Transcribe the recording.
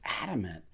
adamant